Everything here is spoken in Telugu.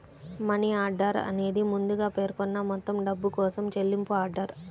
మనీ ఆర్డర్ అనేది ముందుగా పేర్కొన్న మొత్తం డబ్బు కోసం చెల్లింపు ఆర్డర్